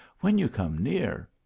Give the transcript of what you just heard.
when you come near,